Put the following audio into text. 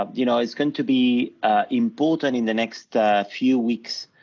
um you know, it's going to be important in the next few weeks